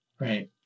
right